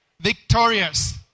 victorious